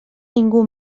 ningú